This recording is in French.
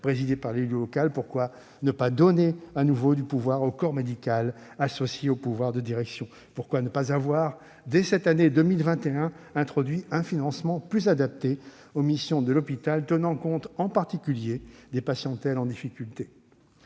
présidé par l'élu local ? Pourquoi ne pas donner à nouveau du pouvoir au corps médical, associé au pouvoir de direction ? Pourquoi ne pas avoir introduit, dès 2021, un financement plus adapté aux missions de l'hôpital, tenant compte en particulier des patientèles en difficulté ?